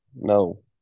no